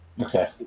Okay